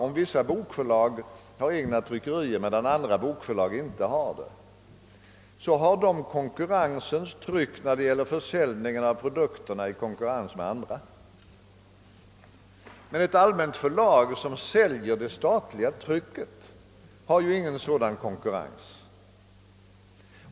Om vissa bokförlag har egna tryckerier, medan andra bokförlag inte har det, finns det i alla fall pressen av konkurrens vid försäljning av produkter. Men ett allmänt företag som säljer det statliga trycket har ingen sådan konkurrens.